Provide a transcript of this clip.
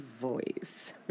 voice